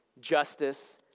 justice